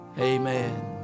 Amen